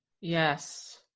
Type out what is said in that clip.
Yes